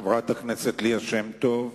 חברת הכנסת ליה שמטוב.